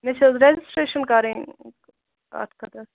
مےٚ چھِ حظ ریجِسٹرٛیشن کَرٕنۍ اَتھ خٲطرٕ